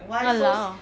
!walao!